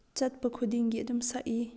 ꯆꯠꯄ ꯈꯨꯗꯤꯡꯒꯤ ꯑꯗꯨꯝ ꯁꯛꯏ